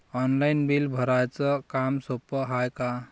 Online bill भराच काम सोपं हाय का?